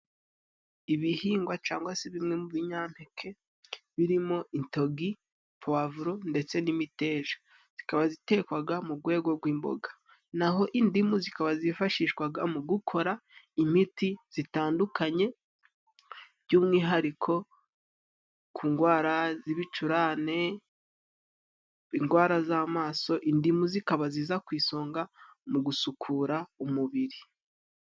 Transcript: Ibihingwa cangwa se bimwe mu binyampeke birimo itogi, pwavuro ndetse n'imiteja. Zikaba zitekwaga mu gwego gw'imboga. Na ho indimu zikaba zifashishwaga mu gukora imiti zitandukanye, by'umwihariko ku ngwara z'ibicurane, ingwara z'amaso. Indimu zikaba ziza ku isonga mu gusukura umubiri.